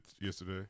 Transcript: yesterday